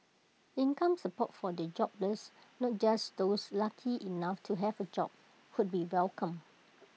income support for the jobless not just those lucky enough to have A job would be welcome